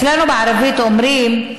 אצלנו בערבית אומרים: